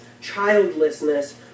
childlessness